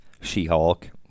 She-Hulk